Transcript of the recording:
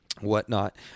whatnot